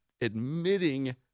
admitting